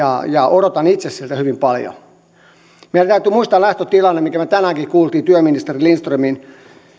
odotan itse siltä hyvin paljon meidän täytyy muistaa lähtötilanne minkä me tänäänkin kuulimme työministeri lindströmin